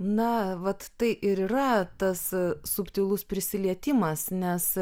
na vat tai ir yra tas subtilus prisilietimas nes